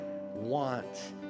want